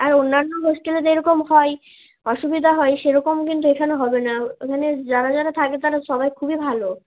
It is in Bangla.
আর অন্যান্য হোস্টেলে যেরকম হয় অসুবিধা হয় সেরকম কিন্তু এখানে হবে না এখানে যারা যারা থাকে তারা সবাই খুবই ভালো